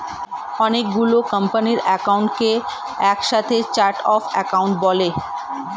অনেক গুলো কোম্পানির অ্যাকাউন্টকে একসাথে চার্ট অফ অ্যাকাউন্ট বলে